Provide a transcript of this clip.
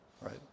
right